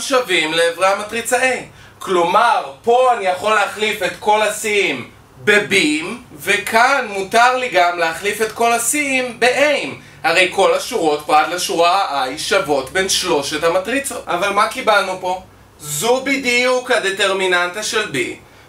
שווים לעברי המטריצה A. כלומר, פה אני יכול להחליף את כל ה-C'ים ב-B'ים, וכאן מותר לי גם להחליף את כל ה-C'ים ב-A'ים. הרי כל השורות פה עד לשורה ה-i שוות בין שלושת המטריצות. אבל מה קיבלנו פה? זו בדיוק הדטרמיננטה של B,